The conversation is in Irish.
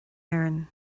éirinn